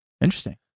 interesting